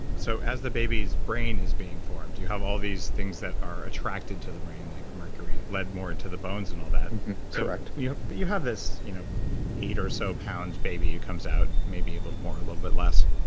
so as the baby's brain is being formed, do you have all these things that are attracted to the brain, like mercury, and lead more into the bones, and all that and correct yeah but you have this you know eight or so pounds baby that comes out, maybe a little bit more, a little bit less,